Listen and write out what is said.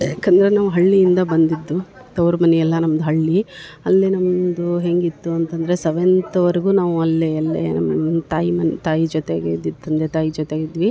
ಯಾಕಂದರೆ ನಾವು ಹಳ್ಳಿಯಿಂದ ಬಂದಿದ್ದು ತವ್ರ ಮನೆಯೆಲ್ಲ ನಮ್ದ ಹಳ್ಳಿ ಅಲ್ಲೆ ನಮ್ಮದು ಹೇಗಿತ್ತು ಅಂತಂದರೆ ಸೆವೆಂತ್ವರೆಗು ನಾವು ಅಲ್ಲೇ ಅಲ್ಲೇ ನಮ್ಮ ತಾಯಿ ಮನ್ ತಾಯಿ ಜೊತೆಗೆ ಇದ್ದಿದ್ದು ತಂದೆ ತಾಯಿ ಜೊತೆಗಿದ್ವಿ